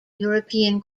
european